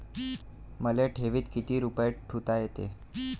मले ठेवीत किती रुपये ठुता येते?